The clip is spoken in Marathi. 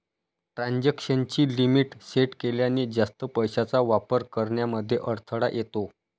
ट्रांजेक्शन ची लिमिट सेट केल्याने, जास्त पैशांचा वापर करण्यामध्ये अडथळा येतो